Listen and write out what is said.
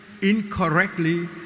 incorrectly